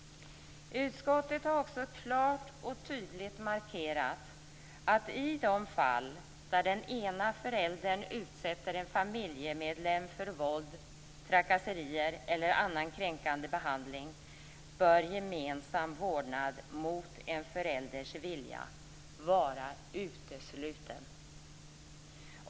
Utskottet har också klart och tydligt markerat att i de fall där den ena föräldern utsätter en familjemedlem för våld, trakasserier eller annan kränkande behandling bör gemensam vårdnad mot en förälders vilja vara utesluten.